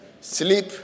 sleep